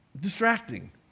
distracting